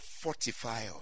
fortify